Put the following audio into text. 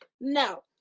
No